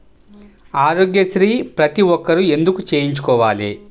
ఆరోగ్యశ్రీ ప్రతి ఒక్కరూ ఎందుకు చేయించుకోవాలి?